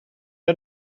der